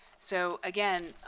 so again,